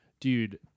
Dude